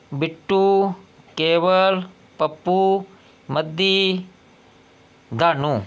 Bittu Keval Pappu Maddi Ganu